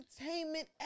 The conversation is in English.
entertainment